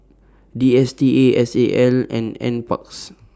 D S T A S A L and N Parks